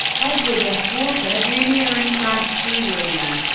edward s. walker jr, and frank g. wisner.